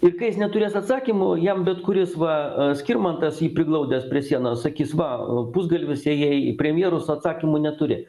ir kai jis neturės atsakymų jam bet kuris va skirmantas jį priglaudęs prie sienos sakys va pusgalvis ėjai į premjerus o atsakymų neturi